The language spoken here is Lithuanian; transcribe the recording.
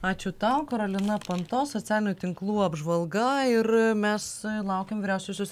ačiū tau karolina panto socialinių tinklų apžvalga ir mes laukiam vyriausiosios